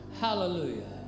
Hallelujah